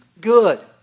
good